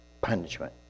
punishment